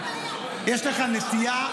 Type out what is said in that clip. יש לך נטייה,